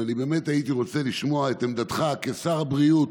ואני באמת הייתי רוצה לשמוע את עמדתך כשר הבריאות